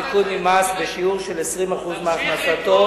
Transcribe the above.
זכאי באותה שנה לזיכוי ממס בשיעור 20% מהכנסתו,